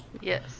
Yes